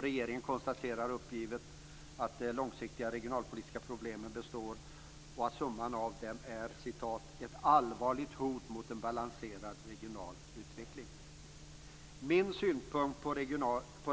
Regeringen konstaterar uppgivet att de långsiktiga regionalpolitiska problemen består och att summan av dem är "ett allvarligt hot mot en balanserad regional utveckling". Min synpunkt på